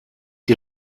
die